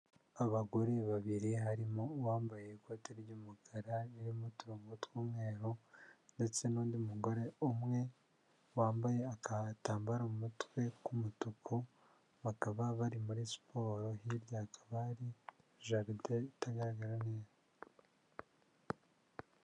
Abagore babiri harimo uwambaye ikote ry'umukara ririmo uturongo tw'umweru ndetse n'undi mugore umwe wambaye agatambaro mu mutwe k'umutuku, bakaba bari muri siporo hirya hakaba jaride itagaragara neza.